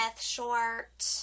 Short